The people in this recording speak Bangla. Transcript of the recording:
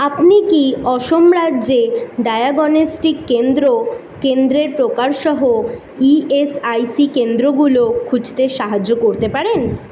আপনি কি অসম রাজ্যে ডায়াগনস্টিক কেন্দ্র কেন্দ্রের প্রকারসহ ইএসআইসি কেন্দ্রগুলো খুঁজতে সাহায্য করতে পারেন